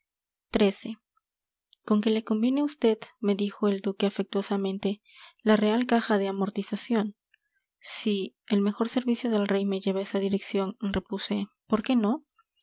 con que le conviene a vd me dijo el duque afectuosamente la real caja de amortización si el mejor servicio del rey me lleva a esa dirección repuse por qué no